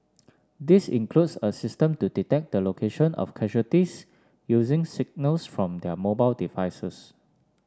this includes a system to detect the location of casualties using signals from their mobile devices